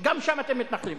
גם שם אתם מתנחלים.